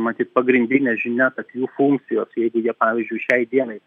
matyt pagrindinė žinia kad jų funkcijos jeigu jie pavyzdžiui šiai dienai